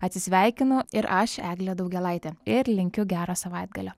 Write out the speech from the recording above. atsisveikinu ir aš eglė daugėlaitė ir linkiu gero savaitgalio